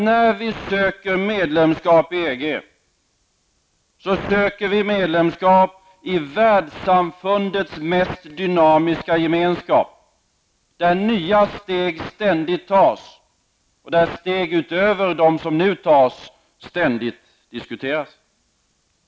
När vi söker medlemskap i EG söker vi medlemskap i världssamfundets mest dynamiska gemenskap, där nya steg ständigt tas och där steg utöver dessa som nu tas ständigt diskuteras.